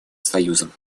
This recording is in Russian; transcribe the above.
союзом